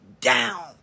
down